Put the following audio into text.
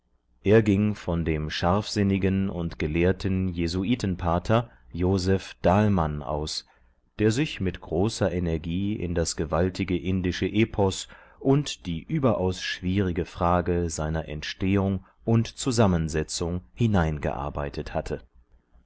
er ging von dem scharfsinnigen und gelehrten jesuitenpater joseph dahlmann aus der sich mit großer energie in das gewaltige indische epos und die überaus schwierige frage seiner entstehung und zusammensetzung hineingearbeitet hatte